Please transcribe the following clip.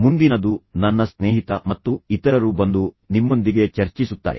ಮುಂದಿನದು ನನ್ನ ಸ್ನೇಹಿತ ಮತ್ತು ಇತರರು ಬಂದು ನಿಮ್ಮೊಂದಿಗೆ ಚರ್ಚಿಸುತ್ತಾರೆ